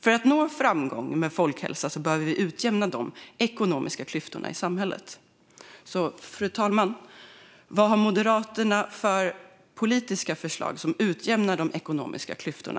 För att nå framgång när det gäller folkhälsa behöver vi utjämna de ekonomiska klyftorna i samhället. Så, fru talman, vad har Moderaterna för politiska förslag för att utjämna de ekonomiska klyftorna?